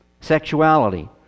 sexuality